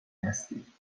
هستید